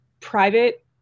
private